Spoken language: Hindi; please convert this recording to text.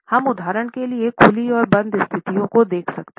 हम उदाहरण के लिए खुली और बंद स्थितियों को देख सकते हैं